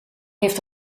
heeft